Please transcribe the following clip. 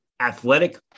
athletic